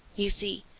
you see,